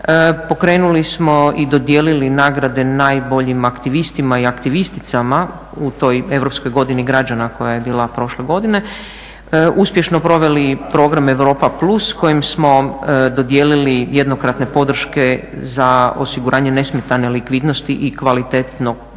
Pokrenuli smo i dodijelili nagrade najboljim aktivistima i aktivisticama u toj europskoj godini građana koja je bila prošle godine, uspješno proveli Program Europa plus kojim smo dodijelili jednokratne podrške za osiguranje nesmetane likvidnosti i kvalitetne provedbe